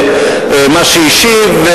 מה שהשיב,